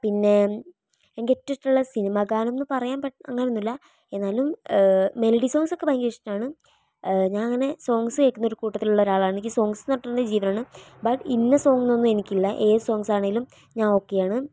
പിന്നെ എനിക്ക് ഏറ്റവും ഇഷ്ടമുള്ള സിനിമാഗാനം എന്നു പറയാൻ അങ്ങനെയൊന്നുമില്ല എന്നാലും മെലഡി സോങ്ങ്സ് ഒക്കെ ഭയങ്കര ഇഷ്ടമാണ് ഞാൻ അങ്ങനെ സോങ്ങ്സ് കേൾക്കുന്നൊരു കൂട്ടത്തിലുള്ളൊരാളാണ് എനിക്ക് സോങ്ങ്സ് എന്നു പറഞ്ഞിട്ടുണ്ടെങ്കിൽ ജീവനാണ് ബട്ട് ഇന്ന സോങ്ങ് എന്നൊന്നും എനിക്കില്ല ഏതു സോങ്ങ്സ് ആണെങ്കിലും ഞാൻ ഓക്കെ ആണ്